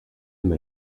même